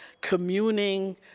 communing